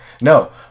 No